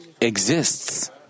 exists